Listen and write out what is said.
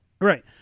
right